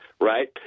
right